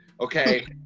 okay